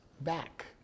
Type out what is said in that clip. back